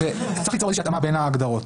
צריך ליצור איזושהי התאמה בין ההגדרות.